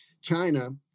China